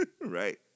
Right